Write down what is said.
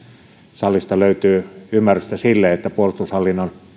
salista löytyy ymmärrystä sille että puolustushallinnon